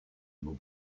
vous